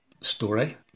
story